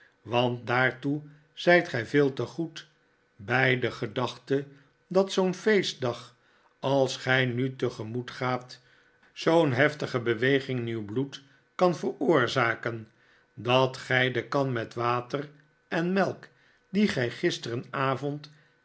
want daartoe zijt gij veel te goed bij de gedachte dat zoo'n feestdag als gij nu tegemoet gaat zoo'n heftige beweging in uw bloed kan veroorzaken dat gij de kan met water en melk die gij